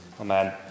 Amen